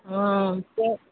हम तऽ